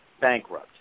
bankrupt